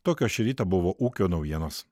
tokios šį rytą buvo ūkio naujienos